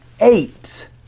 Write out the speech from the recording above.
eight